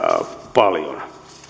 paljon